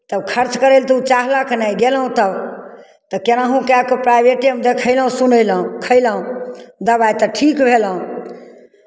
तब खर्च करय लेल तऽ ओ चाहलक नहि गेलहुँ तऽ तऽ केनाहु कए कऽ प्राइभेटेमे देखयलहुँ सुनयलहुँ खयलहुँ दबाइ तऽ ठीक भेलहुँ